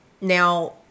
Now